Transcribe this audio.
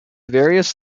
various